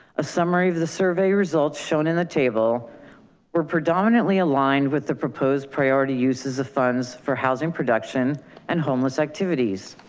a summary of the survey results shown in the table were predominantly aligned with the proposed priority uses of funds for housing production and homeless activities.